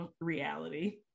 reality